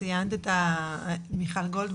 מיכל גולד,